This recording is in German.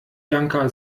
janka